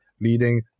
leading